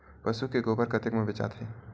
पशु के गोबर कतेक म बेचाथे?